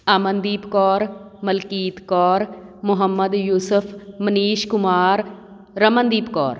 Amandeep Kaur Malkit Kaur Muhammad Yusuf Manish Kumar Ramandeep Kaur